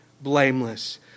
blameless